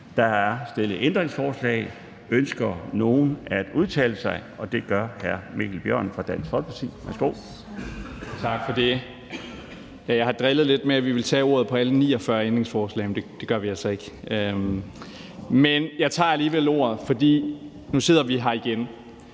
Der er stillet ændringsforslag. Ønsker nogen at udtale sig? Det gør hr. Mikkel Bjørn fra Dansk Folkeparti. Værsgo. Kl. 13:04 (Ordfører) Mikkel Bjørn (DF): Tak for det. Jeg har drillet lidt med, at vi ville tage ordet på alle 49 ændringsforslag, men det gør vi altså ikke. Men jeg tager alligevel ordet, for nu sidder vi her igen